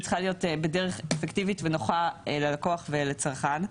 צריכה להיות בדרך אפקטיבית ונוחה ללקוח ולצרכן.